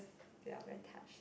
ya very touched